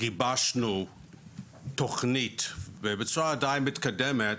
גיבשנו תוכנית בצורה דיי מתקדמת,